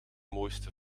mooiste